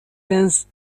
sense